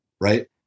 right